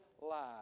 lies